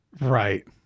Right